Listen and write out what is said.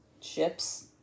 ships